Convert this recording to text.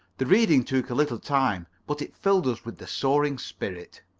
the reading took a little time, but it filled us with the soaring spirit.